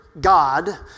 God